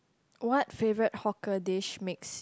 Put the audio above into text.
what favourite hawker dish makes